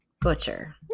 butcher